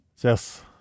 Yes